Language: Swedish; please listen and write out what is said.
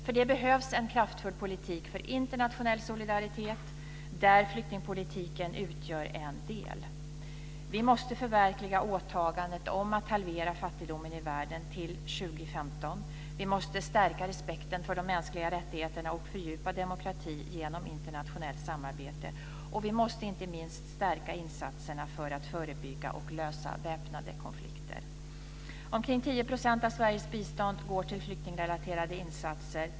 För det behövs en kraftfull politik för internationell solidaritet där flyktingpolitiken utgör en del. Vi måste förverkliga åtagandet om att halvera fattigdomen i världen till 2015. Vi måste stärka respekten för de mänskliga rättigheterna och fördjupa demokrati genom internationellt samarbete. Vi måste inte minst stärka insatserna för att förebygga och lösa väpnade konflikter. Omkring 10 % av Sveriges bistånd går till flyktingrelaterade insatser.